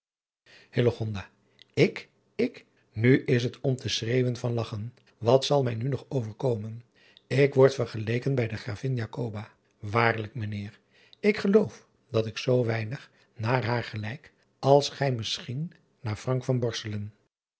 k ik u is het om te schreeuwen van lagchen at zal mij nu nog overkomen k word vergeleken bij ravin waarlijk ijnheer ik geloof dat ik zoo weinig naar haar gelijk als gij misschien naar